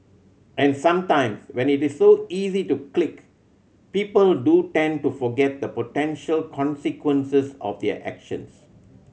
and sometimes when it's so easy to click people do tend to forget the potential consequences of their actions